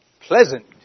pleasant